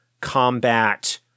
combat